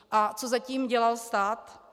A co zatím dělal stát?